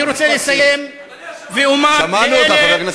אני רוצה לסיים ואומר, תסיים כבר, תסיים.